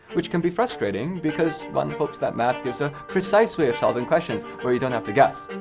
which can be frustrating because one hopes that math gives a precise way of solving questions, where you don't have to guess.